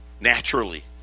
naturally